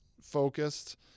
focused